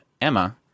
Emma